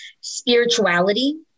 Spirituality